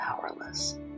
powerless